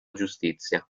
giustizia